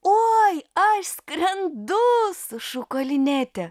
oi aš skrendu sušuko linetė